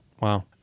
Wow